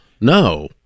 No